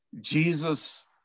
Jesus